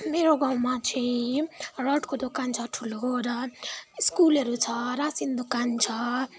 मेरो घरमा चाहिँ रडको दोकान छ ठुलो र स्कुलहरू छ रासिन दोकान छ